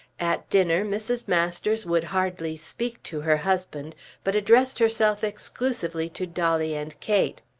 at dinner mrs. masters would hardly speak to her husband but addressed herself exclusively to dolly and kate.